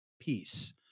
peace